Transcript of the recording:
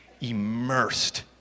immersed